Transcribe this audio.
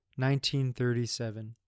1937